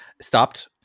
stopped